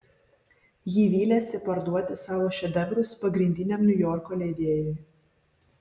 ji vylėsi parduoti savo šedevrus pagrindiniam niujorko leidėjui